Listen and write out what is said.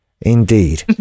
Indeed